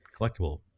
collectible